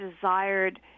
desired